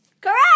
Correct